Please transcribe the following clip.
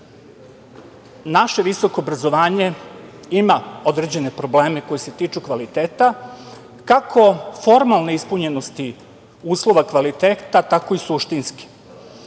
naše visoko obrazovanje ima određene probleme koji se tiču kvaliteta, kako formalne ispunjenosti uslova kvaliteta, tako i suštinske.